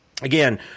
Again